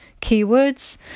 keywords